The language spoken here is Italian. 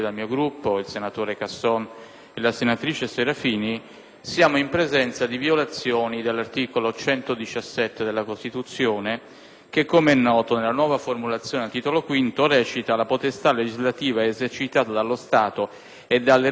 siamo in presenza di violazioni dell'articolo 117 della Costituzione che, com'è noto, nella nuova formulazione del Titolo V recita: «La potestà legislativa è esercitata dallo Stato e dalle Regioni nel rispetto della Costituzione, nonché» - questo è il punto